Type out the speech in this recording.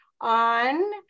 on